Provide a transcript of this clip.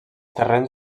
terrenys